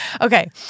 okay